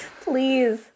please